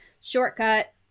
Shortcut